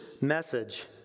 message